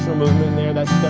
movement in there. that's